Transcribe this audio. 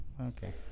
Okay